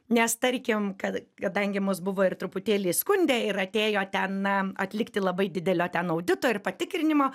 nes tarkim kad kadangi mus buvo ir truputėlį skundę ir atėjo ten na atlikti labai didelio ten audito ir patikrinimo